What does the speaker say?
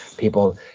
people,